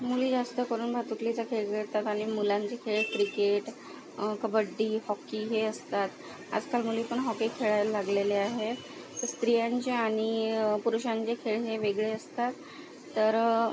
मुली जास्त करून भातुकलीचा खेळ खेळतात आणि मुलांचे खेळ क्रिकेट कबड्डी हॉकी हे असतात आजकाल मुली पण हॉकी खेळायला लागलेल्या आहेत तर स्त्रियांचे आणि पुरुषांचे खेळ हे वेगळे असतात तर